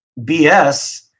BS